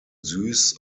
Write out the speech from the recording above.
süß